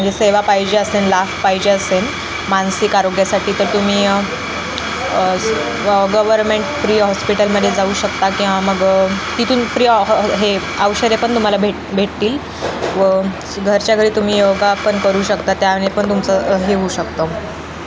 म्हणजे सेवा पाहिजे असेल लाभ पाहिजे असेल मानसिक आरोग्यासाठी तर तुम्ही गवर्मेंट फ्री हॉस्पिटलमध्ये जाऊ शकता किंवा मग तिथून फ्री हे औषध पण तुम्हाला भेट भेटतील व घरच्या घरी तुम्ही योगा पण करू शकता त्यावेळे पण तुमचं हे होऊ शकतं